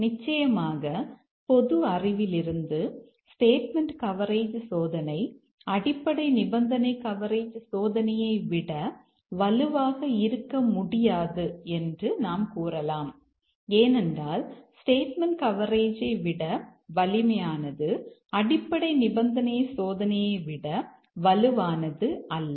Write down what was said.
நிச்சயமாக பொது அறிவிலிருந்து ஸ்டேட்மெண்ட் கவரேஜ் சோதனை அடிப்படை நிபந்தனை கவரேஜ் சோதனையை விட வலுவாக இருக்க முடியாது என்று நாம் கூறலாம் ஏனென்றால் ஸ்டேட்மெண்ட் கவரேஜை விட வலிமையானது அடிப்படை நிபந்தனை சோதனையை விட வலுவானது அல்ல